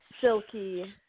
Silky